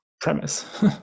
premise